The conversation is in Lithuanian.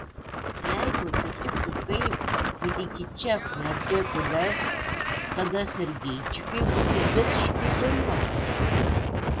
jeigu atsitiktų taip kad iki čia priartėtų lez tada sergeičikai būtų visiškai izoliuoti